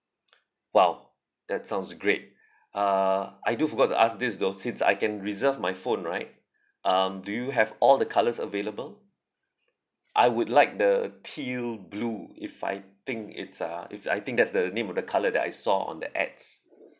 !wow! that sounds great uh I do forgot to ask this though since I can reserve my phone right um do you have all the colours available I would like the teal blue if I think it's uh if I think that's the name of the colour that I saw on the ads